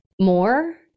more